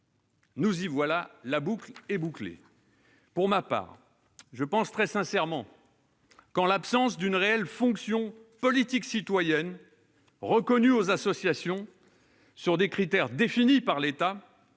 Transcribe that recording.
Nous y voilà, la boucle est bouclée ! Pour ma part, je pense très sincèrement que, en l'absence d'une réelle fonction politique citoyenne reconnue aux associations, sur des critères définis par l'État,